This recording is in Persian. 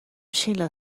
شیلا